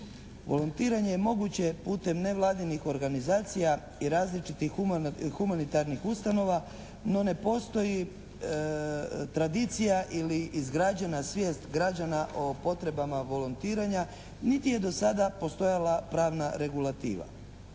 Volontiranje je moguće putem nevladinih organizacija i različitih humanitarnih ustanova, no ne postoji tradicija ili izgrađena svijest građana o potrebama volontiranja niti je do sada postojala pravna regulativa.